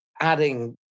adding